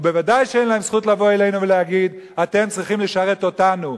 ובוודאי שאין להם זכות לבוא אלינו ולהגיד: אתם צריכים לשרת אותנו.